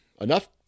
enough